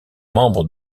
membre